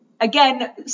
again